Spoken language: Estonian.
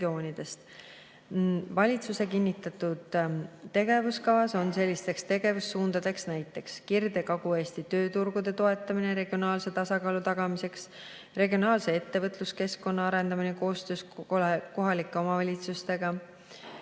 Valitsuse kinnitatud tegevuskavas on sellisteks tegevussuundadeks näiteks Kirde‑ ja Kagu‑Eesti tööturgude toetamine regionaalse tasakaalu tagamiseks; regionaalse ettevõtluskeskkonna arendamine koostöös kohalike omavalitsustega;